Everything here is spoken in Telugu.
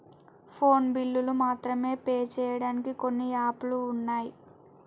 ఫోను బిల్లులు మాత్రమే పే చెయ్యడానికి కొన్ని యాపులు వున్నయ్